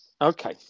Okay